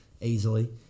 easily